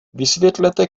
vysvětlete